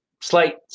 slight